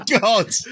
God